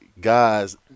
guys